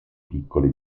piccole